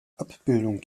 abbildung